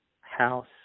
House